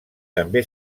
també